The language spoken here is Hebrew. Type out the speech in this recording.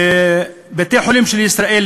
בבתי-החולים של ישראל,